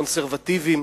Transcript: קונסרבטיבים,